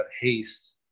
haste